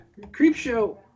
Creepshow